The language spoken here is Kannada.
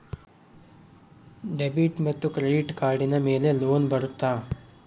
ಡೆಬಿಟ್ ಮತ್ತು ಕ್ರೆಡಿಟ್ ಕಾರ್ಡಿನ ಮೇಲೆ ಲೋನ್ ಬರುತ್ತಾ?